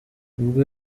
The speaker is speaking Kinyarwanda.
ubwo